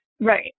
Right